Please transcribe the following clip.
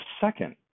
second